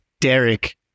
Derek